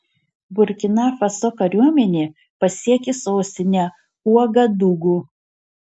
burkina faso kariuomenė pasiekė sostinę uagadugu